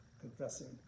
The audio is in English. confessing